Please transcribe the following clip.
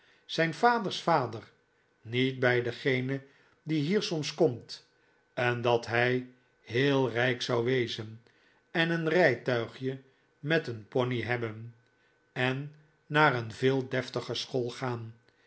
zijn vaders vader niet bij dengene die hier soms komt en dat hij heel rijk zou wezen en een rijtuigje met een pony hebben en naar een veel deftiger school gaan